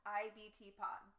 ibtpod